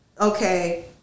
okay